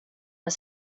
med